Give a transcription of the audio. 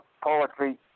poetry